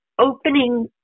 opening